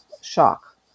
shock